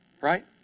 right